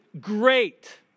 great